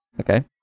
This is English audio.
Okay